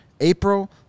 April –